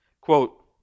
Quote